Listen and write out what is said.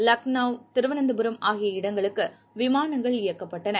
லக்னௌ திருவனந்தபுரம் ஆகிய இடங்களுக்கு விமானங்கள் இயக்கப்பட்டன